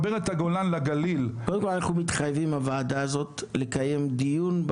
באים אלא מתוך תפיסה שהנגב הוא הציונות האמיתית.